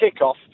kickoff